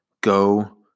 go